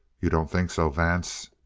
you don't think so, vance?